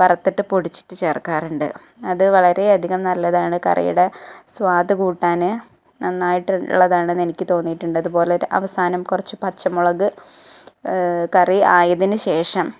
വറുത്തിട്ട് പൊടിച്ചിട്ട് ചേർക്കാറുണ്ട് അതു വളരെ അധികം നല്ലതാണ് കറിയുടെ സ്വാദ് കൂട്ടാൻ നന്നായിട്ട് ഇ ഉള്ളതാണെന്ന് എനിക്ക് തോന്നിയിട്ടുണ്ട് അതു പോലൊരു അവസാനം കുറച്ച് പച്ച മുളക് കറി ആയതിനു ശേഷം